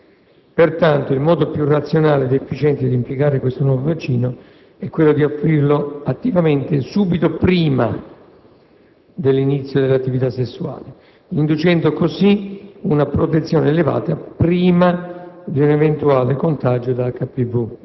Secondo i dati dell'Osservatorio nazionale *screening*, l'adesione ai programmi organizzati di *screening* della cervice è andata aumentando nel tempo. L'infezione da HPV viene acquisita abbastanza precocemente, nel corso dei primi anni di attività sessuale.